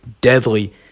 deadly